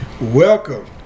Welcome